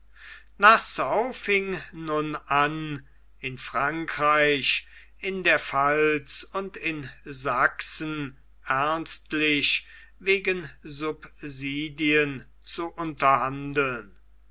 nassau fing nun an in frankreich in der pfalz und in sachsen ernstlich wegen subsidien zu unterhandeln